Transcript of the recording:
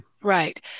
Right